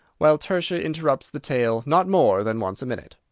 while tertia interrupts the tale not more than once a minute.